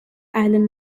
island